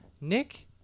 Nick